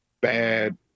bad